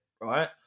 right